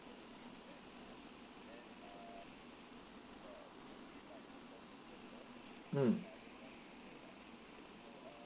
mm